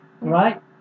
right